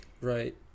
Right